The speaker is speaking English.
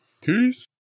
peace